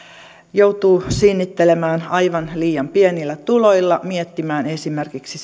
joutuu sinnittelemään aivan liian pienillä tuloilla miettimään esimerkiksi